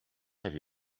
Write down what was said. have